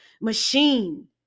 machine